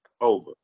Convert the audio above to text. over